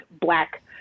black